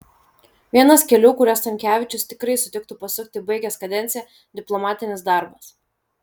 vienas kelių kuriuo stankevičius tikrai sutiktų pasukti baigęs kadenciją diplomatinis darbas